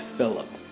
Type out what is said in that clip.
Philip